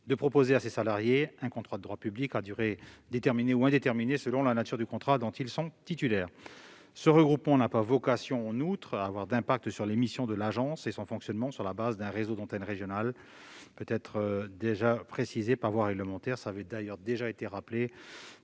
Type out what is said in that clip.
de proposer à ces salariés un contrat de droit public, à durée déterminée ou indéterminée selon la nature du contrat dont ils sont titulaires ». En outre, ce regroupement n'a pas vocation à avoir un impact sur les missions de l'agence. De plus, son fonctionnement sur la base d'un réseau d'antennes régionales peut déjà être précisé par voie réglementaire. Mme Pénicaud l'avait rappelé,